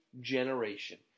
generation